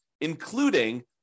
including